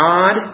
God